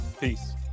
peace